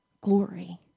glory